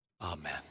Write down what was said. Amen